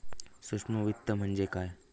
सूक्ष्म वित्त म्हणजे काय?